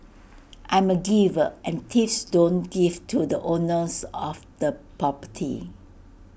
I'm A giver and thieves don't give to the owners of the property